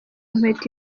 inkweto